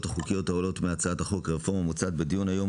החוקיות העולות מהצעת החוק ומהרפורמה המוצעת בדיון היום,